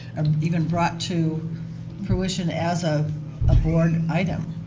even brought to fruition as a ah board item.